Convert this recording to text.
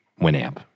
winamp